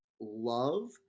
love